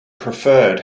preferred